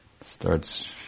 starts